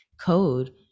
code